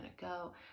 go